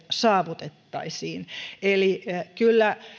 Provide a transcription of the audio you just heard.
saavutettaisiin eli